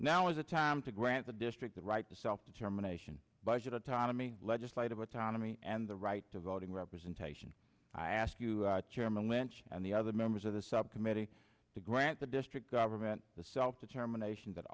now is the time to grant the district the right to self determination budget autonomy legislative autonomy and the right to voting representation i ask you chairman lynch and the other members of the subcommittee to grant the district government the self determination that